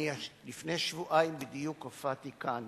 לפני שבועיים בדיוק הופעתי כאן